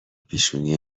پیشونی